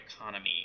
economy